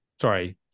sorry